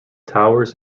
towers